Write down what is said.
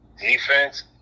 defense